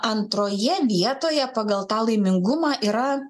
antroje vietoje pagal tą laimingumą yra